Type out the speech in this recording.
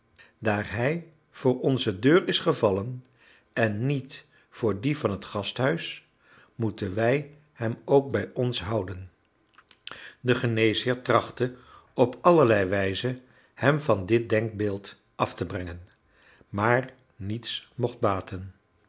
daar hij voor onze deur is gevallen en niet voor die van het gasthuis moeten wij hem ook bij ons houden de geneesheer trachtte op allerlei wijzen hem van dit denkbeeld af te brengen maar niets mocht baten